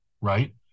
right